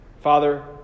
Father